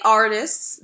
artists